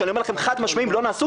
שאני אומר לכם: חד משמעית לא נעשו,